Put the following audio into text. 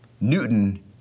Newton